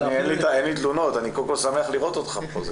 אין לי תלונות, אני קודם כל שמח לראות אותך פה.